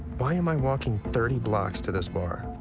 why am i walking thirty blocks to this bar?